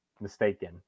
mistaken